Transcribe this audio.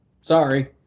sorry